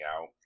out